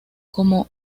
como